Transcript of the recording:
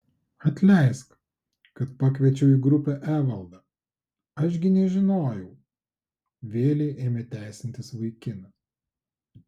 atleisk kad pakviečiau į grupę evaldą aš gi nežinojau vėlei ėmė teisintis vaikinas